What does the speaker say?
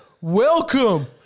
Welcome